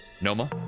Noma